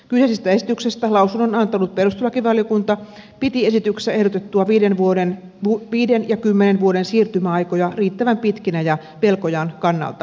kyseisestä esityksestä lausunnon antanut perustuslakivaliokunta piti esityksessä ehdotettuja viiden ja kymmenen vuoden siirtymäaikoja riittävän pitkinä ja velkojan kannalta kohtuullisina